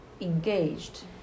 engaged